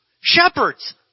shepherds